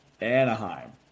Anaheim